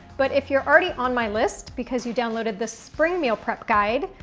but if you're already on my list, because you downloaded the spring meal prep guide,